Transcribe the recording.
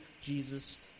Jesus